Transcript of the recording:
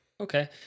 Okay